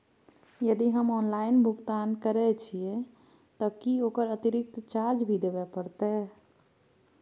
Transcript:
यदि हम ऑनलाइन भुगतान करे छिये त की ओकर अतिरिक्त चार्ज भी देबे परतै?